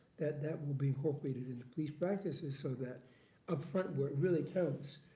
that that will be incorporated into police practices so that upfront work really counts.